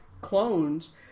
clones